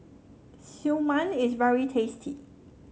Siew Mai is very tasty